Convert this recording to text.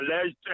alleged